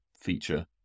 feature